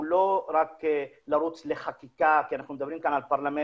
הוא לא רק לרוץ לחקיקה כי אנחנו מדברים כאן על פרלמנט.